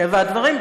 מטבע הדברים.